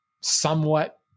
somewhat